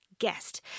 guest